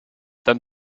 dann